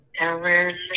Ellen